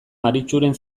maritxuren